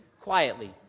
quietly